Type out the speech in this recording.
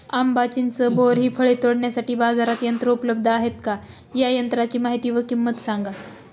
आंबा, चिंच, बोर हि फळे तोडण्यासाठी बाजारात यंत्र उपलब्ध आहेत का? या यंत्रांची माहिती व किंमत सांगा?